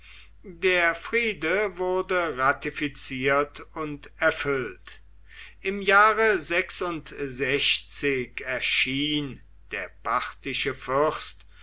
der friede wurde ratifiziert und erfüllt im jahre erschien der parthische fürst